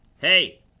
Hey